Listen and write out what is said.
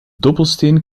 dobbelsteen